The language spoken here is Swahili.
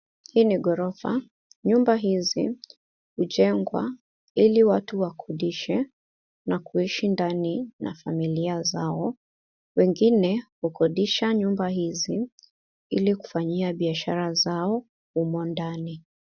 Hii ni ghorofa, nyumba hizi hujengwa ili watu watu waishi na kuishi ndani na familia zao ,wengine hukodisha nyumba hizi ili kufanyia biashara zao humo ndani.